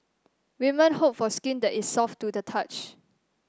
women hope for skin that is soft to the touch